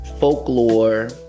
folklore